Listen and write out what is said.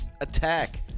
attack